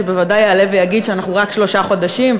שבוודאי יעלה ויגיד: אנחנו רק שלושה חודשים,